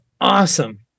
awesome